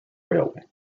railway